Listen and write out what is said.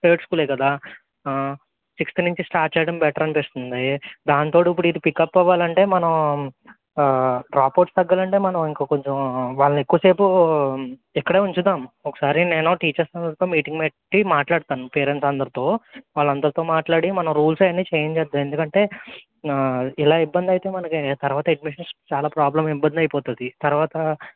private స్కూలే కదా sixth నుంచి స్టార్ట్ చెయ్యడం బెటర్ అనిపిస్తుంది దాని తోడు ఇప్పుడిది పికప్ అవ్వాలంటే మనం డ్రాప్అవుట్స్ తగ్గాలంటే మనం ఇంకా కొంచెం వాళ్ళని ఎక్కువ సేపు ఇక్కడే ఉంచుదాము ఒకసారి నేను టీచర్స్ అందరితో మీటింగ్ పెట్టి మాట్లాడతాను పేరెంట్స్ అందరితో వాళ్ళందరితో మాట్లాడి మన రూల్స్ అవన్నీ ఛేంజ్ చేద్దాము ఎందుకంటే ఇలా ఇబ్బందయితే మనకి తరువాత అడ్మిషన్స్ చాలా ప్రాబ్లం ఇబ్బందయిపోతుంది తరువాత